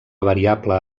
variable